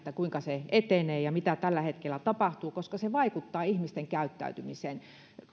kuinka se etenee ja mitä tällä hetkellä tapahtuu koska se vaikuttaa ihmisten käyttäytymiseen